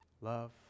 love